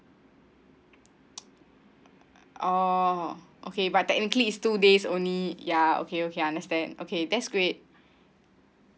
oh okay but technically is two days only ya okay okay I understand okay that's great